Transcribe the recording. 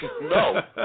No